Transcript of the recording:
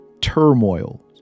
turmoil